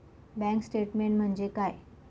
Bank statement म्हणजे काय?